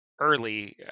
early